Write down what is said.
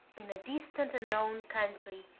in a distant unknown country,